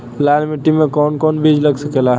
लाल मिट्टी में कौन कौन बीज लग सकेला?